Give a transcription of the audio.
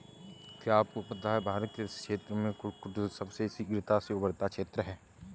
क्या आपको पता है भारत कृषि क्षेत्र में कुक्कुट सबसे शीघ्रता से उभरता क्षेत्र है?